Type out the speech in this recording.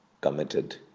committed